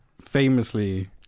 famously